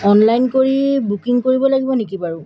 online কৰি booking কৰিব লাগিব নেকি বাৰু